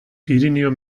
pirinio